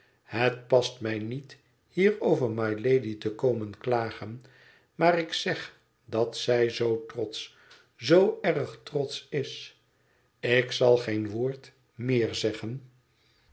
het past mij niet hier over mylady te komen klagen maar ik zeg dat zij zoo trotsch zoo erg trotsch is ik zal geen woord méér zeggen